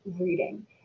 reading